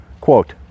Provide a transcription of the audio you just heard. Quote